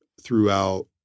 throughout